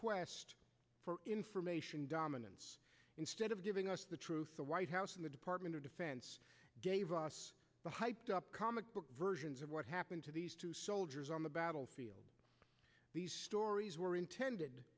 quest information dominance instead of giving us the truth the white house and the department of defense gave us the hyped up comic book versions of what happened to the soldiers on the battlefield these stories were intended